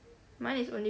mine is only